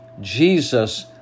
Jesus